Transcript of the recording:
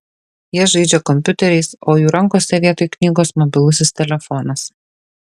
jie žaidžia kompiuteriais o jų rankose vietoj knygos mobilusis telefonas